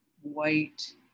white